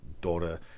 daughter